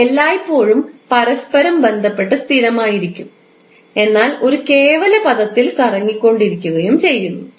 അവ എല്ലായ്പ്പോഴും പരസ്പരം ബന്ധപ്പെട്ട് സ്ഥിരമായിരിക്കും എന്നാൽ ഒരു കേവല പദത്തിൽ കറങ്ങിക്കൊണ്ടിരിക്കുകയും ചെയ്യുന്നു